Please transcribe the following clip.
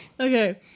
Okay